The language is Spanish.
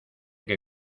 que